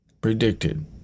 predicted